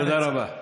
תודה רבה.